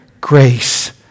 grace